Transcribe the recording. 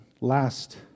last